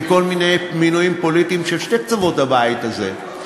עם כל מיני מינויים פוליטיים של שני קצוות הבית הזה,